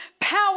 power